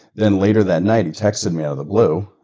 then later that night, he texted me out of the blue,